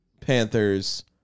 Panthers